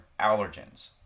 allergens